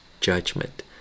judgment